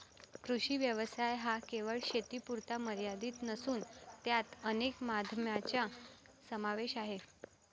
कृषी व्यवसाय हा केवळ शेतीपुरता मर्यादित नसून त्यात अनेक माध्यमांचा समावेश आहे